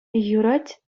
юрать